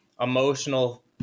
emotional